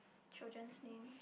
children's names